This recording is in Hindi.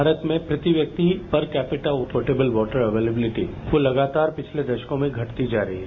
भारत में प्रत्येक व्यक्ति पर कैपिटाउ पोर्टबल वॉटर एवैलबिलिटी को लगातार पिछले दशकों में घटती जा रही हैं